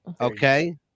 Okay